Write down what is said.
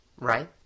Right